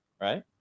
right